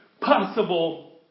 possible